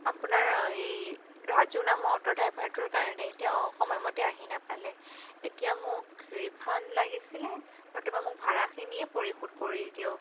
আপোনাৰ এই ৰাজু নামৰ অ'টো ড্ৰাইভাৰটোৰ কাৰণে তেওঁ সময়মতে আহি নাপালে এতিয়া মোক ৰিফাণ্ড লাগিছিলে নতুবা মোক ভাড়াখিনিয়ে পৰিশোধ কৰি দিয়ক